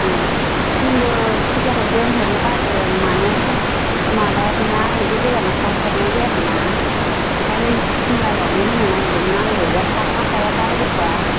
आंबो खुदियाखौ दोनहरनो बादों माने माबायाखै ना बिदि गोजानाव थाहै फेरनाय जायाखैना ओंखायनो सिमलायावनो होनो नागिरदोंमोन आंबो दा थागोन ना थाया थाय गथ'आ